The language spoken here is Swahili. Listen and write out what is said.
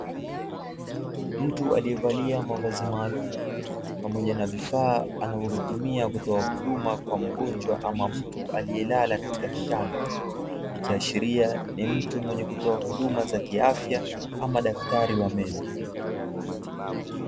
Mtu aliyevalia mavazi maalumu pamoja na vifaa anavyovitumia kutoa huduma kwa mgonjwa ama mtu aliyelala katika kitanda, ikiashiria ni mtu mwenye kutoa huduma za kiafya ama daktari wa meno.